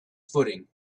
footing